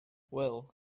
well